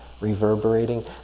reverberating